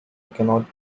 cannot